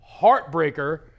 heartbreaker